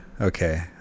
Okay